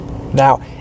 Now